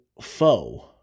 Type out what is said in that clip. foe